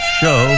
show